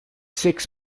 six